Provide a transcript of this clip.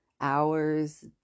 hours